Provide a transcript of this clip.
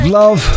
love